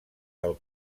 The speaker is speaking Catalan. del